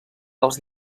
els